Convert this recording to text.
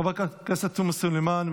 חברת הכנסת תומא סלימאן,